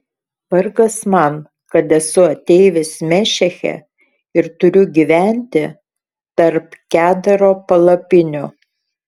vargas man kad esu ateivis mešeche ir turiu gyventi tarp kedaro palapinių